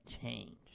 change